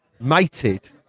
mated